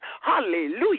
Hallelujah